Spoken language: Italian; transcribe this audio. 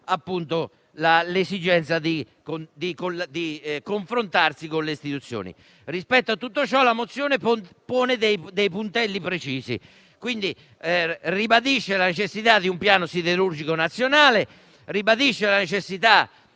l'esigenza di confrontarsi con le istituzioni. Rispetto a tutto ciò la mozione pone puntelli precisi, quindi ribadisce la necessità di un piano siderurgico nazionale, di agire con